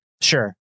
Sure